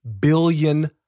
billion